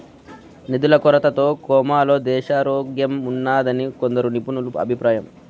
నిధుల కొరతతో కోమాలో దేశారోగ్యంఉన్నాదని కొందరు నిపుణుల అభిప్రాయం